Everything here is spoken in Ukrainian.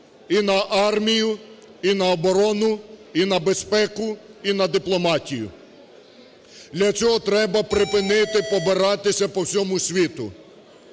і на армію, і на оборону, і на безпеку, і на дипломатію. Для цього треба припинити побиратися по всьому світу.